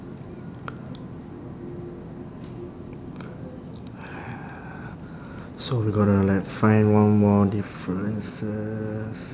so we got to like find one more differences